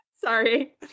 Sorry